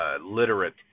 literate